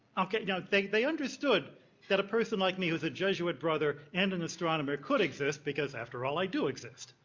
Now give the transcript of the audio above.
okay. you know now, they understood that a person like me who's a jesuit brother and an astronomer could exist because after all, i do exist.